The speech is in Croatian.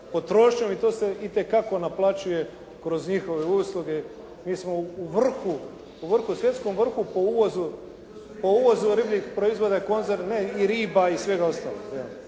i to se itekako naplaćuje kroz njihove usluge. Mi smo u vrhu, u vrhu, svjetskom vrhu po uvozu ribljih proizvoda i riba svega ostalog.